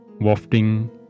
wafting